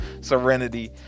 Serenity